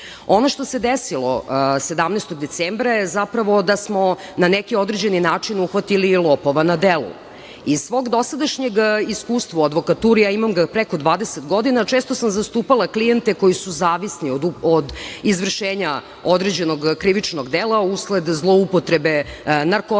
što se desilo 17. decembra je zapravo da smo na neki određeni način uhvatili lopova na delu. Iz svog dosadašnjeg iskustva u advokaturi, a imam ga preko 20 godina, često sam zastupala klijente koji su zavisni od izvršenja određenog krivičnog dela usled zloupotrebe narkotika,